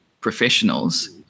professionals